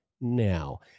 now